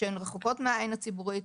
שהן רחוקות מהעין הציבורית.